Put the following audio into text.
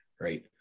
right